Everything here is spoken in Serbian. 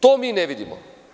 To mi ne vidimo.